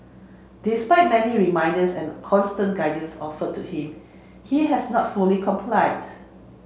despite many reminders and constant guidance offered to him he has not fully complied